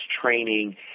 training